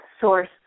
source